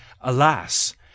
Alas